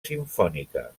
simfònica